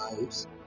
lives